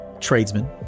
tradesman